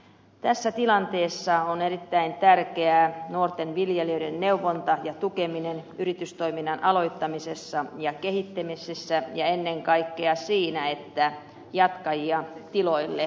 tässä tilanteessa on erittäin tärkeää nuorten viljelijöiden neuvonta ja tukeminen yritystoiminnan aloittamisessa ja kehittämisessä ja ennen kaikkea siinä että jatkajia tiloille löytyy